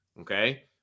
Okay